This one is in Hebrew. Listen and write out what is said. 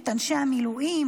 את אנשי המילואים?